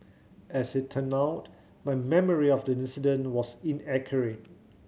as it turned out my memory of the incident was inaccurate